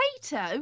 Potato